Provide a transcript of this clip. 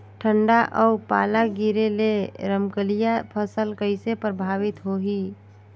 ठंडा अउ पाला गिरे ले रमकलिया फसल कइसे प्रभावित होही?